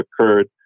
occurred